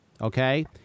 okay